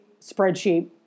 spreadsheet